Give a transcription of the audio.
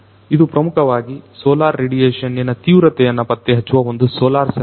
ಇದು ಪ್ರಮುಖವಾಗಿ solar radiation ನಿನ ತೀವ್ರತೆಯನ್ನು ಪತ್ತೆಮಾಡುವ ಒಂದು ಸೋಲಾರ್ ಸೆನ್ಸರ್